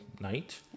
night